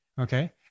okay